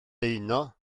beuno